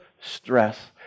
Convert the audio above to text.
stress